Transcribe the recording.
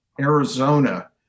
Arizona